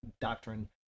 doctrine